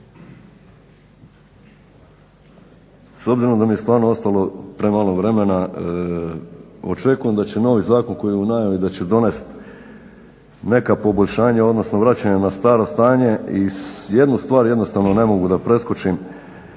S obzirom da mi je stvarno ostalo premalo vremena, očekujem da će novi zakon koji je u najavi, da će donest neka poboljšanja, odnosno vraćanja na staro stanje. I jednu stvar jednostavno ne mogu da preskočim,